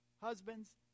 Husbands